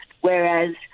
whereas